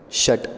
षट्